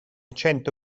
cento